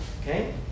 okay